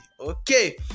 Okay